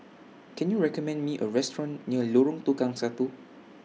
Can YOU recommend Me A Restaurant near Lorong Tukang Satu